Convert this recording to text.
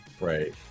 Right